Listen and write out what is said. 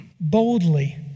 boldly